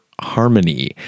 harmony